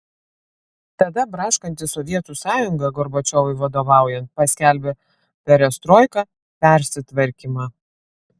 tada braškanti sovietų sąjunga gorbačiovui vadovaujant paskelbė perestroiką persitvarkymą